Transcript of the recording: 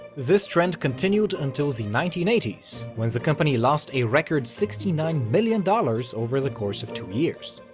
this trend continued until the nineteen eighty s, when the company lost a record sixty nine million dollars over the course of two years.